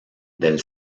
del